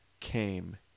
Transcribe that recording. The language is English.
came